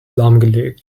lahmgelegt